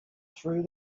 through